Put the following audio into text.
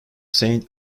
saint